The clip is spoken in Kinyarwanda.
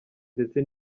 ndetse